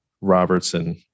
Robertson